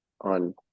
on